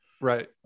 Right